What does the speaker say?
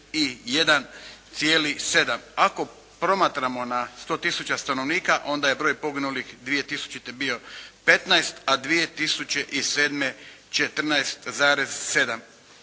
31,7. Ako promatramo na 100 tisuća stanovnika onda je broj poginulih 2000. bio 15 a 2007. 14,7.